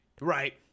right